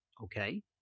Okay